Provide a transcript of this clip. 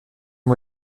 est